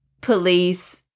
police